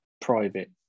private